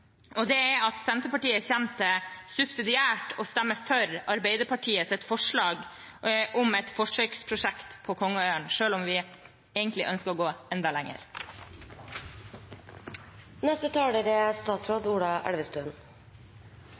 med en liten stemmeforklaring: Senterpartiet kommer subsidiært til å stemme for Arbeiderpartiets forslag om et forsøksprosjekt på kongeørn, selv om vi egentlig ønsker å gå enda lenger.